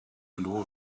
blue